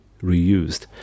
reused